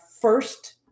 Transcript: first